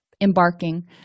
embarking